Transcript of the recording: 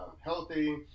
healthy